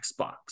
Xbox